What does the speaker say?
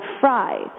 fried